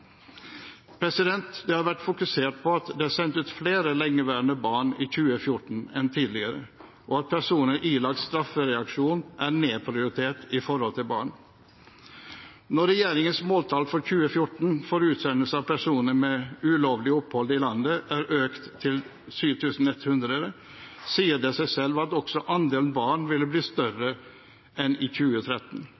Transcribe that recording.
Det har vært fokusert på at det er sendt ut flere lengeværende barn i 2014 enn tidligere, og at personer ilagt straffereaksjon er nedprioritert i forhold til barn. Når regjeringens måltall for 2014 for utsendelse av personer med ulovlig opphold i landet er økt til 7 100, sier det seg selv at også andelen barn ville bli større enn i 2013,